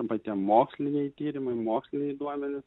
arba tie moksliniai tyrimai moksliniai duomenys